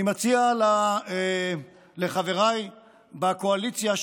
אני מציע לחבריי בקואליציה,